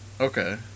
Okay